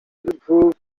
improve